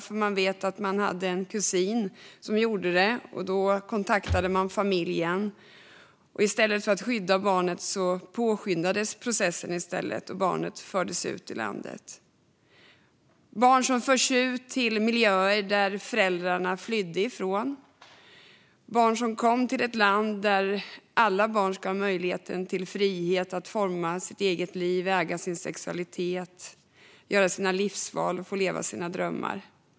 När kusinen gjorde det kontaktade skolan nämligen familjen, och i stället för att skydda barnet påskyndades processen med att föra barnet ut ur landet. Barn förs till miljöer varifrån föräldrarna flytt efter att ha levt i ett land där alla barn ska ha friheten att forma sitt liv, äga sin sexualitet, göra sina livsval och förverkliga sina drömmar.